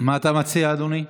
מה אתה מציע, אדוני?